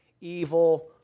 evil